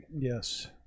Yes